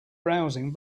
browsing